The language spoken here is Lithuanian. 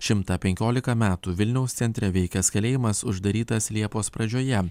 šimtą penkiolika metų vilniaus centre veikęs kalėjimas uždarytas liepos pradžioje